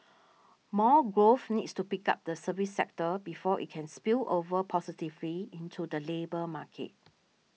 more growth needs to pick up the services sector before it can spill over positively into the labour market